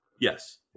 Yes